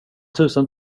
tusen